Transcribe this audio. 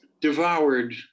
devoured